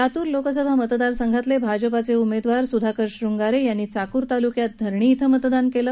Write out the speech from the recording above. लातूर लोकसभा मतदारसंघातले भाजपाचे उमेदवार सुधाकर शृंगारे यांनी चाकूर तालुक्यातल्या धरणी इथं मतदान केलं